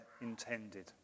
intended